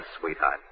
sweetheart